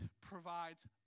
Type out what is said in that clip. provides